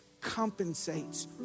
compensates